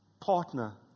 partner